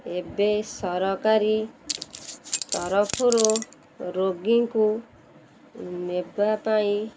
ଏବେ ସରକାରୀ ତରଫରୁ ରୋଗୀଙ୍କୁ ନେବା ପାଇଁ